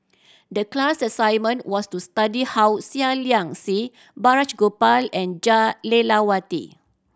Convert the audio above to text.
the class assignment was to study how Seah Liang Seah Balraj Gopal and Jah Lelawati